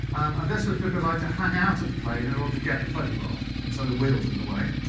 and this was because i had to hang out of the plane in order to get the photograph, and so the wheel's in the way.